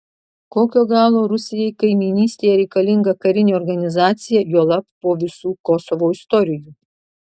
kokio galo rusijai kaimynystėje reikalinga karinė organizacija juolab po visų kosovo istorijų